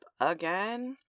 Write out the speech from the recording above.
again